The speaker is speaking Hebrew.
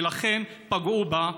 ולכן פגעו בה.